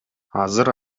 азыр